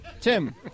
Tim